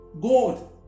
God